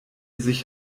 sich